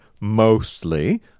mostly